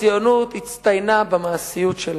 הציונות הצטיינה במעשיות שלה,